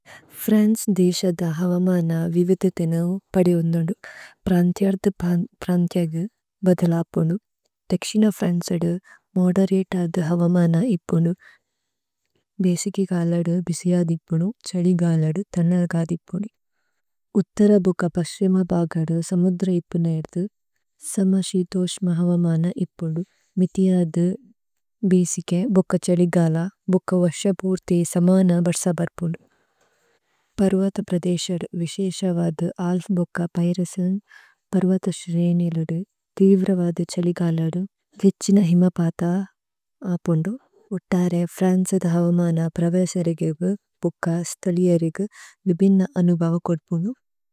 ഫ്രന്സ് ദിസദ് ഹവമന വിവിദിതിനു പദിഓന്നുദു, പ്രന്ത്ജര്ദു പ്രന്ത്ജഗു ബദലപോനു। ദക്ശിന ഫ്രന്സദു മോദേരതദു ഹവമന ഇപ്പുനു। ഭേസിഗിഗലദു ബിസിഅദ് ഇപ്പുനു, ഛദിഗലദു തന്നഗദ് ഇപ്പുനു। ഉത്തരബുക പസ്രിമബഗദു സമുദ്ര ഇപ്പുനേര്ദു, സമശിതോസ്മ ഹവമന ഇപ്പുനു। മിതിജദു ബിസിഗേ ബുക ഛദിഗല ബുക വസ്യപുര്ഥി സമന ബര്സ ബര്പുനു। പരുവത പ്രദേശദു വിസേസവദു അല്ഫ് ബുക പൈരേസുമ്, പരുവത സ്രേനിലദു തേലിവ്രവദു ഛദിഗലദു രിത്സിന ഹിമപത അപ്പുനു। ഉത്തരേ ഫ്രന്സദു ഹവമന പ്രവേസരിഗുഗു ബുക സ്തലിഅരിഗുഗു വിബിന്ന അനുബവ കോദ്പുനു।